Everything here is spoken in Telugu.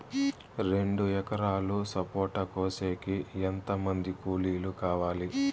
రెండు ఎకరాలు సపోట కోసేకి ఎంత మంది కూలీలు కావాలి?